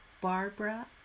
Barbara